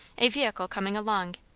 a vehicle coming along,